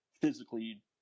physically